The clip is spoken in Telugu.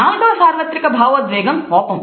నాలుగవ సార్వత్రిక భావోద్వేగం కోపం